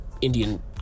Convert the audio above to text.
Indian